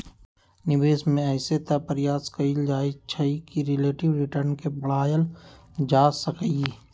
निवेश में अइसे तऽ प्रयास कएल जाइ छइ कि रिलेटिव रिटर्न के बढ़ायल जा सकइ